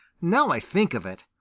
now i think of it,